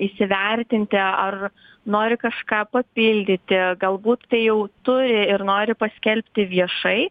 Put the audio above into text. įsivertinti ar nori kažką papildyti galbūt tai jau turi ir nori paskelbti viešai